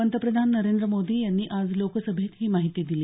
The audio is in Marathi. पंतप्रधान नरेंद्र मोदी यांनी आज लोकसभेत ही माहिती दिली